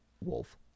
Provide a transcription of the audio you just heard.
wolf